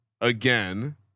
again